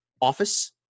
office